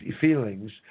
feelings